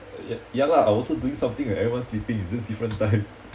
ya ya lah I also doing something when everyone's sleeping it's just different time